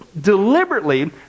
deliberately